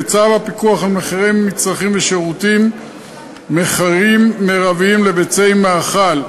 בצו הפיקוח על מחירי מצרכים ושירותים (מחירים מרביים לביצי מאכל),